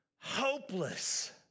hopeless